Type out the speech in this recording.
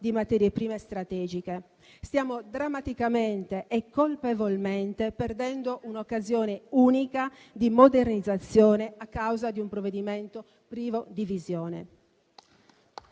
di materie prime strategiche. Stiamo drammaticamente e colpevolmente perdendo un'occasione unica di modernizzazione a causa di un provvedimento privo di visione.